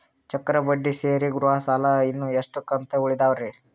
ಚಕ್ರ ಬಡ್ಡಿ ಸೇರಿ ಗೃಹ ಸಾಲ ಇನ್ನು ಎಷ್ಟ ಕಂತ ಉಳಿದಾವರಿ?